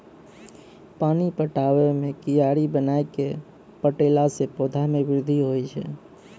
पानी पटाबै मे कियारी बनाय कै पठैला से पौधा मे बृद्धि होय छै?